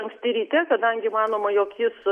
anksti ryte kadangi manoma jog jis